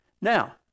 Now